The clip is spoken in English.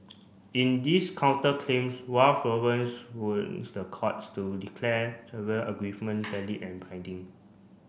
in this counterclaims Ralph Lauren the courts to declare agreement valid and binding